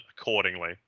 accordingly